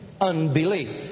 Unbelief